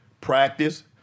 practice